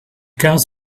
comes